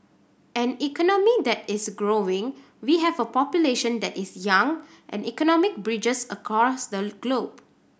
an economy that is growing we have a population that is young and economic bridges across the globe